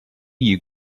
you